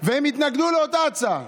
והם התנגדו לאותה הצעה.